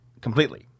Completely